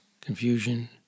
confusion